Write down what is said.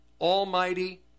almighty